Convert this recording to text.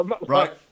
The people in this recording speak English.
Right